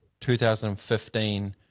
2015 –